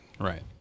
Right